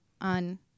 on